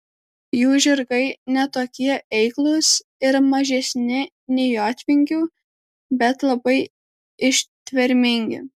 jų žirgai ne tokie eiklūs ir mažesni nei jotvingių bet labai ištvermingi